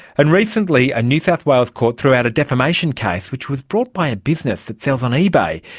and recently a new south wales court threw out a defamation case which was brought by a business that sells on ebay.